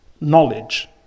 knowledge